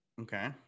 Okay